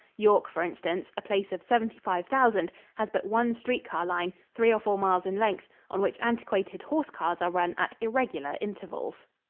york, for instance, a place of seventy-five thousand, has but one street-car line, three or four miles in length, on which antiquated horse-cars are run at irregular intervals.